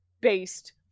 based